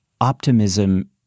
optimism